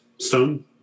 stone